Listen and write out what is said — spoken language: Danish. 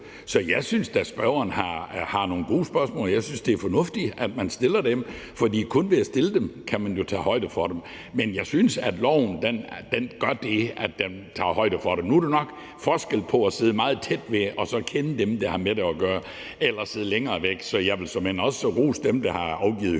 Så jeg synes da, at spørgeren har nogle gode spørgsmål. Jeg synes, det er fornuftigt, at man stiller dem, for kun ved at stille dem kan man tage højde for dem. Men jeg synes, at loven gør det, at den tager højde for det. Nu er der nok forskel på at sidde meget tæt ved det og kende dem, der har med det at gøre, og så at sidde længere væk. Så jeg vil såmænd også rose dem, der har afgivet